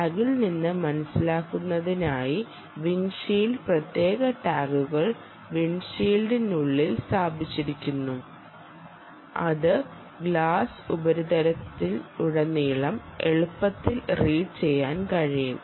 ടാഗിൽ നിന്ന് മനസ്സിലാക്കുന്നതിനായി വിൻഡ്ഷീൽഡ് പ്രത്യേക ടാഗുകൾ വിൻഡ്ഷീൽഡിനുള്ളിൽ സ്ഥാപിച്ചിരിക്കുന്നു അത് ഗ്ലാസ് ഉപരിതലത്തിലുടനീളം എളുപ്പത്തിൽ റീഡ് ചെയ്യാൻ കഴിയും